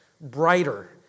brighter